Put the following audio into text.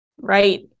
right